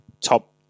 top